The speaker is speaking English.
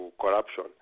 corruption